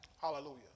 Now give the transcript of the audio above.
Hallelujah